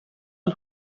del